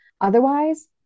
Otherwise